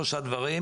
וזה גם לגיטימי.